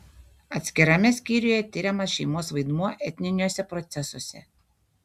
atskirame skyriuje tiriamas šeimos vaidmuo etniniuose procesuose